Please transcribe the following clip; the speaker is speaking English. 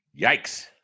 Yikes